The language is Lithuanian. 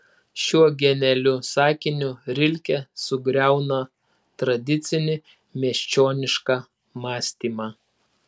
šiuo genialiu sakiniu rilke sugriauna tradicinį miesčionišką mąstymą